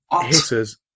hitters